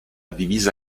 divisa